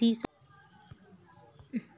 शीशम की लकड़ियाँ काफी मजबूत होती हैं